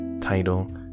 title